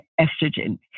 estrogen